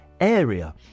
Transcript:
area